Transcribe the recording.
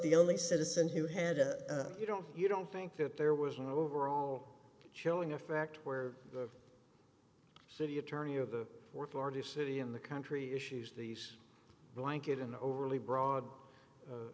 the only citizen who had a you don't you don't think that there was an overall chilling effect where the city attorney of the fourth largest city in the country issues these blanket an overly broad